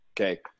Okay